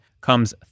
comes